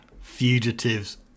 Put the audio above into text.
Fugitives